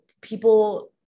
people